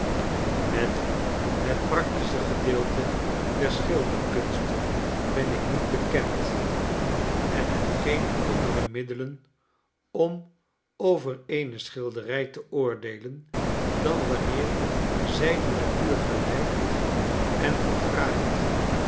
met het practische gedeelte der schilderkunst ben ik niet bekend en neb geene andere middelen om over eene schilderij te oordeelen dan wanneer zij de natuur gelijkt en verfraait